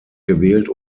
gewählt